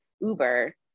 uber